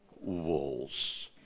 walls